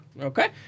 Okay